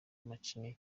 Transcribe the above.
macinya